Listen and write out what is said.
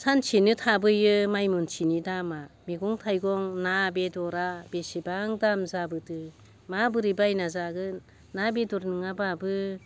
सानसेनो थाबोयो माइ मनसेनि दामा मैगं थाइगं ना बेदरा बेसेबां दाम जाबोदो मा बोरै बायना जागोन ना बेदर नङाबाबो